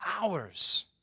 hours